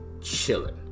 chilling